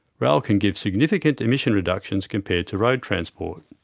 rail can give significant emission reductions compared to road transport.